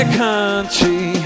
country